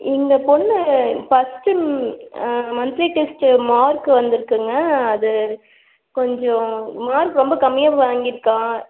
எங்கள் பொண்ணு first monthly test mark வந்துருக்குதுங்க அது கொஞ்சம் மார்க் ரொம்ப கம்மியாக வாங்கியிருக்கா